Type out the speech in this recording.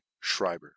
Schreiber